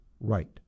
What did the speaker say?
right